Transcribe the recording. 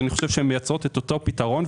אני חושב שהן מייצרות אותו פתרון.